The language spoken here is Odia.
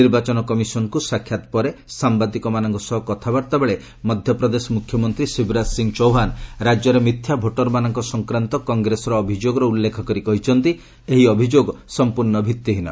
ନିର୍ବାଚନ କମିଶନ୍ଙ୍କୁ ସାକ୍ଷାତ ପରେ ସାମ୍ବାଦିକମାନଙ୍କ ସହ କଥାବାର୍ତ୍ତା ବେଳେ ମଧ୍ୟପ୍ରଦେଶ ମୁଖ୍ୟମନ୍ତ୍ରୀ ଶିବରାଜ ସିଂହ ଚୌହାନ୍ ରାଜ୍ୟରେ ମିଥ୍ୟା ଭୋଟରମାନଙ୍କ ସଂକ୍ରାନ୍ତ କଂଗ୍ରେସର ଅଭିଯୋଗର ଉଲ୍ଲେଖ କରି କହିଚ୍ଚନ୍ତି ଏହି ଅଭିଯୋଗ ସମ୍ପର୍ଣ୍ଣ ଭିଭିହୀନ